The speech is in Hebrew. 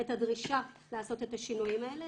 את הדרישה לעשות את השינויים האלה.